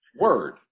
Word